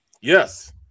Yes